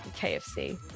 KFC